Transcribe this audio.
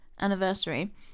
anniversary